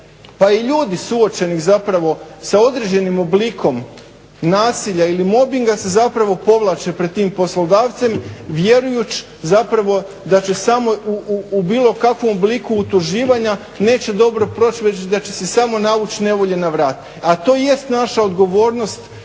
pa i ljudi suočenih zapravo sa određenim oblikom nasilja ili mobinga se zapravo povlače pred tim poslodavcem vjerujući zapravo da će samo u bilo kakvom obliku utuživanja neće dobro proći već da će se samo navući nevolje na vrat. A to jest naša odgovornost.